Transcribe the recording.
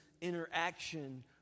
interaction